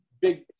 big